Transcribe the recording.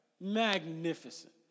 Magnificent